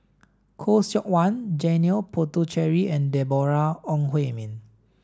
Khoo Seok Wan Janil Puthucheary and Deborah Ong Hui Min